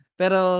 pero